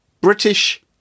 British